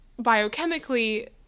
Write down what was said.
biochemically